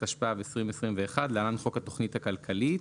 התשפ"ב-2021 (להלן חוק התכנית הכלכלית)